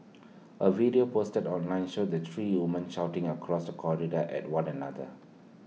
A video posted online showed the three women shouting across the corridor at one another